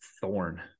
Thorn